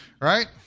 right